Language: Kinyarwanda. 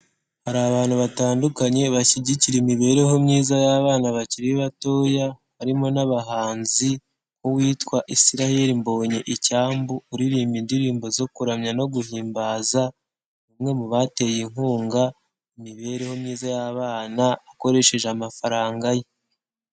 Hari abantu batandukanye bashyigikira imibereho myiza y'abana bakiri batoya, barimo n'abahanzi nk'uwitwa Israel Mbonyicyambu, uririmba indirimbo zo kuramya no guhimbaza, umwe mu bateye inkunga imibereho myiza y'abana akoresheje amafaranga ye.